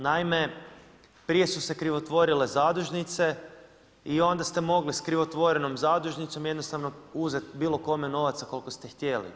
Naime, prije su se krivotvorile zadužnice i onda se mogli sa krivotvorenom zadužnicom jednostavno uzeti bilo kome novaca koliko ste htjeli.